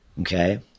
okay